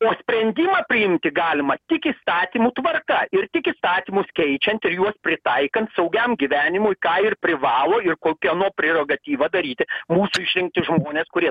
o sprendimą priimti galima tik įstatymų tvarka ir tik įstatymus keičiant ir juos pritaikant saugiam gyvenimui ką ir privalo ir kokia nu prerogatyva daryti mūsų išrinkti žmonės kurie